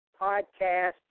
podcast